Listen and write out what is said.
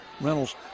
Reynolds